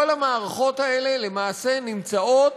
כל המערכות האלה למעשה נמצאות